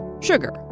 sugar